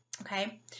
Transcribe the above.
okay